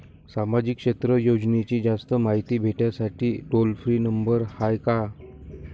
सामाजिक क्षेत्र योजनेची जास्त मायती भेटासाठी टोल फ्री नंबर हाय का?